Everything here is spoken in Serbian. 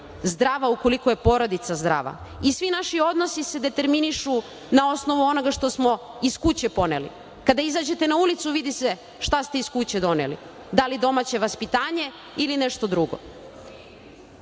zdrava ukoliko je porodica zdrava i svi naši odnosi se determinišu na osnovu onoga što smo iz kuće poneli. Kada izađete na ulicu vidi se šta ste iz kuće doneli, da li domaće vaspitanje ili nešto